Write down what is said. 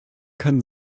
keinen